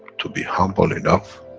to be humble enough,